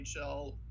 NHL